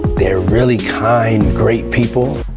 they're really kind, great people.